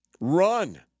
run